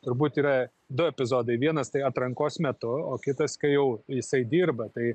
turbūt yra du epizodai vienas tai atrankos metu o kitas kai jau jisai dirba tai